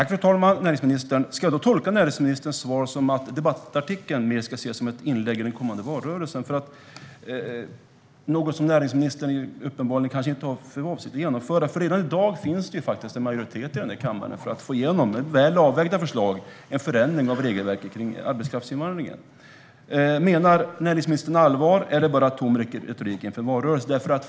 Fru talman! Ska jag tolka näringsministerns svar som att debattartikeln mer ska ses som ett inlägg i kommande valrörelse och att detta inte är något som näringsministern har för avsikt att genomföra? Redan i dag finns det ju en majoritet i kammaren för att få igenom, med väl avvägda förslag, en förändring av regelverket för arbetskraftsinvandring. Menar näringsministern allvar, eller är det bara tom retorik inför valrörelsen?